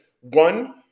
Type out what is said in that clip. one